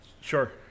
Sure